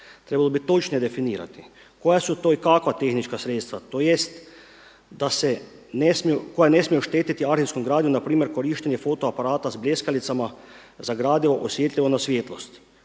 Trebalo bi točnije definirati koja su to i kakva tehnička sredstva tj. koja ne smiju štetiti arhivskoj gradnji npr. korištenje fotoaparata sa bljeskalicama za gradivo osjetljivo na svjetlost.